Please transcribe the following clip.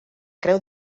creu